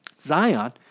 Zion